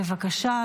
בבקשה.